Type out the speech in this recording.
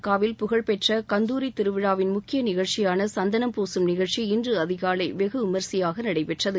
நாகூர் ஆண்டவர் தர்காவில் புகழ்பெற்ற கந்தூரி திருவிழாவின் முக்கிய நிகழ்ச்சியான சந்தனம் பூசும் நிகழ்ச்சி இன்று அதிகாலை வெகுவிமரிசையாக நடைபெற்றது